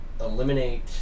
eliminate